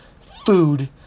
food